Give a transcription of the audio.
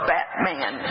Batman